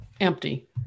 empty